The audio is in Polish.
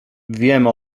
wiem